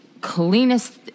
Cleanest